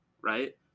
right